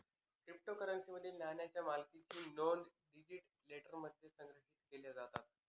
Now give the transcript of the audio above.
क्रिप्टोकरन्सीमधील नाण्यांच्या मालकीच्या नोंदी डिजिटल लेजरमध्ये संग्रहित केल्या जातात